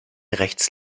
rechts